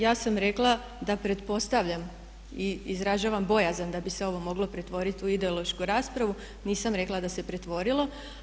Ja sam rekla da pretpostavljam i izražavam bojazan da bi se ovo moglo pretvoriti u ideološku raspravu, nisam rekla da se pretvorilo.